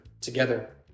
together